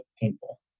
painful